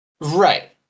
Right